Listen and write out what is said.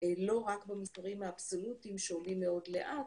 לא רק במספרים האבסולוטיים שעולים מאוד לאט